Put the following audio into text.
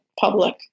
public